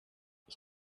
ich